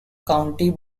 county